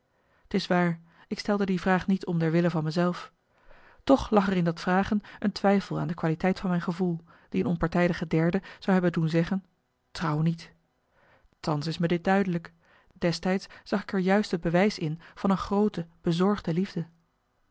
t is waar ik stelde die vraag niet om der wille van me zelf toch lag er in dat vragen een twijfel aan de qualiteit van mijn gevoel die een onpartijdige derde zou hebben doen zeggen trouw niet thans is me dit duidelijk destijds zag ik er juist het bewijs in van een groote bezorgde liefde